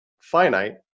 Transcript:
finite